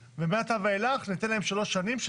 ומעתה ואילך לתת להם שלוש שנים של